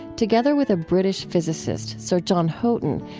together with a british physicist, sir john houghton,